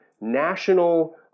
national